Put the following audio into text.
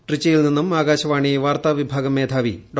ട്രിച്ചിയിൽ നിന്നും ആകാശവാണി വാർത്താ വിഭാഗം മേധാവി ഡോ